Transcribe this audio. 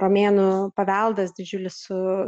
romėnų paveldas didžiulis su